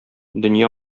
дөнья